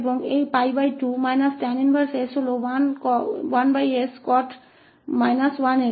और यह 𝜋2 tan 1s 1 𝑠 cot−1s है